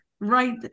right